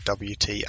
WT